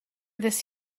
this